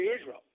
Israel